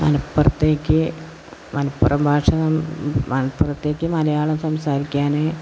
മലപ്പുറത്തേക്ക് മലപ്പുറം ഭാഷ മലപ്പുറത്തേക്ക് മലയാളം സംസാരിക്കാൻ